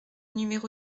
numéro